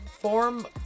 form